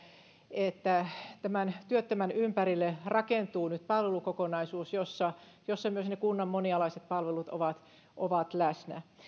että työttömän ympärille rakentuu nyt palvelukokonaisuus jossa myös ne kunnan monialaiset palvelut ovat ovat läsnä